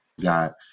got